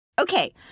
Okay